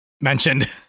mentioned